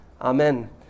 amen